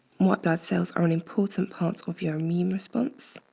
white blood cells are an important part of your immune response.